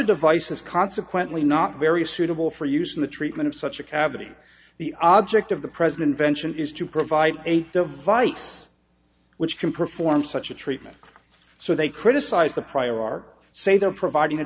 a device is consequently not very suitable for use in the treatment of such a cavity the object of the president vention is to provide a device which can perform such a treatment so they criticize the prior art say they're providing a